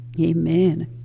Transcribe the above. Amen